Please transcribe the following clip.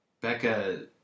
Becca